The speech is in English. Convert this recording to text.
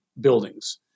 buildings